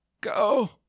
go